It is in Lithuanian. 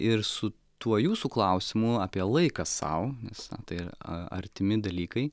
ir su tuo jūsų klausimu apie laiką sau nes tai a artimi dalykai